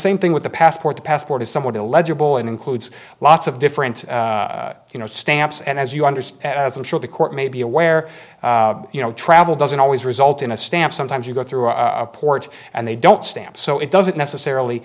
same thing with the passport the passport is somewhat illegible and includes lots of different you know stamps and as you understand as i'm sure the court may be aware you know travel doesn't always result in a stamp sometimes you go through a port and they don't stamp so it doesn't necessarily